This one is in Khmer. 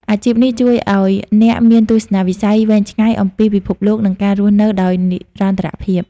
អាជីពនេះជួយឱ្យអ្នកមានទស្សនវិស័យវែងឆ្ងាយអំពីពិភពលោក និងការរស់នៅដោយនិរន្តរភាព។